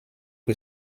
que